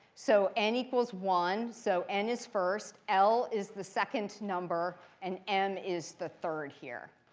so n equals one, so n is first. l is the second number. and m is the third here.